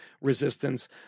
resistance